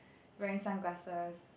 wearing sunglasses